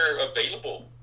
available